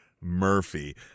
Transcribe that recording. Murphy